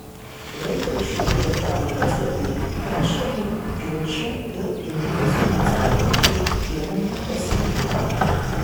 laikraščių ir portalų puslapiai braška nuo ginčų dėl gynybos finansavimo ir priemonių pasirinkimo